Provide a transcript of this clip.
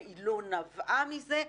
היא לא נבעה מזה,